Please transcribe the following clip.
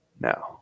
now